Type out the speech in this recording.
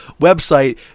website